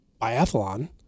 biathlon